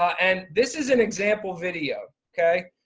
and this is an example video, okay?